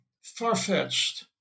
far-fetched